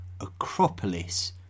acropolis